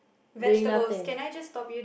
doing nothing